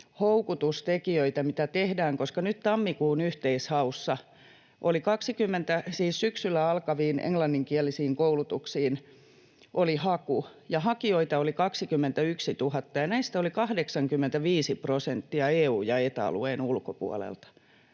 houkutustekijöitä, mitä tehdään, koska nyt tammikuun yhteishaussa syksyllä alkaviin englanninkielisiin koulutuksiin oli haku ja hakijoita oli 21 000, ja näistä oli 85 prosenttia EU- ja Eta-alueen ulkopuolelta.